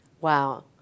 Wow